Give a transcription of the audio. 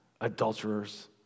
adulterers